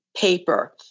paper